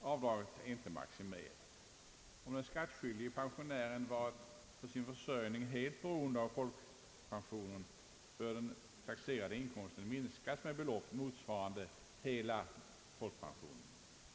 Avdraget är inte maximerat. Om den skattskyldige pensionären varit för sin försörjning helt beroende av folkpensionen, bör den taxerade inkomsten minskas med belopp motsvarande hela folkpensionen.